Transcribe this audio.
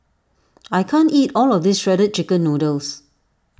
I can't eat all of this Shredded Chicken Noodles